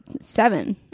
seven